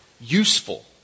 useful